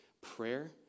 Prayer